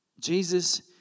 Jesus